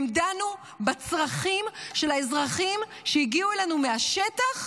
דנו בצרכים של האזרחים שהגיעו אלינו מהשטח.